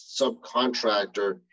subcontractor